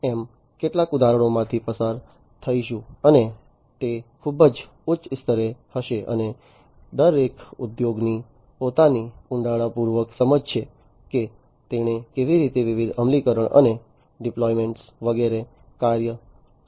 અમે કેટલાક ઉદાહરણોમાંથી પસાર થઈશું અને તે ખૂબ જ ઉચ્ચ સ્તરે હશે અને દરેક ઉદ્યોગની પોતાની ઊંડાણપૂર્વકની સમજ છે કે તેણે કેવી રીતે વિવિધ અમલીકરણો અને ડિપ્લોયમેન્ટ્સ વગેરે કર્યા છે